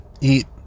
eat